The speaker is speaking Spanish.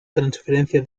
transferencia